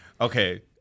Okay